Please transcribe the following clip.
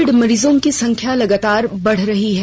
Covid मरीजों की संख्या लगातार बढ़ रही है